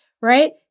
right